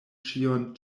ĉion